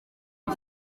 ari